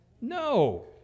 No